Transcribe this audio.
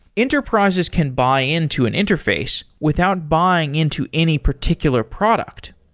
enterprises can buy into an interface without buying into any particular product.